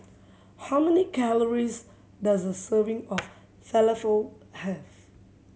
how many calories does a serving of Falafel have